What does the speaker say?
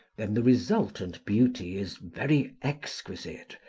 then the resultant beauty is very exquisite,